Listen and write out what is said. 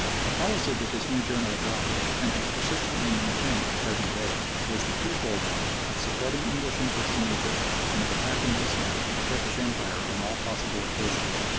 the policy that this new journal adopted, and has persistently maintained to the present day, was the twofold one of supporting english interests in egypt and of attacking islam and the turkish empire on all possible occasions.